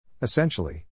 Essentially